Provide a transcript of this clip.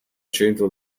centro